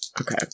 Okay